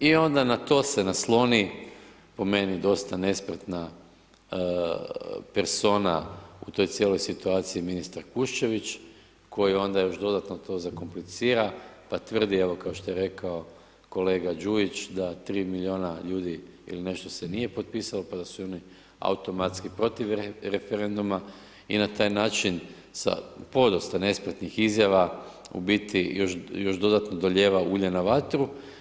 I onda na to se nasloni po meni dosta nespretna persona u toj cijeloj situaciji, ministar Kuščević, koji onda još dodatno to zakomplicira, pa tvrdi evo kao što je rekao kolega Đujić da 3 miliona ljudi il nešto se nije potpisalo pa da su oni automatski protiv referenduma i na taj način sa podosta nespretnih izjava u biti još dodatno dolijeva ulje na vatru.